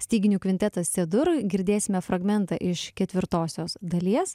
styginių kvintetas sedur girdėsime fragmentą iš ketvirtosios dalies